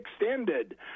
extended